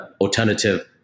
alternative